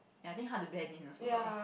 ya I think hard to blend in also lah